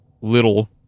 little